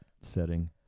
setting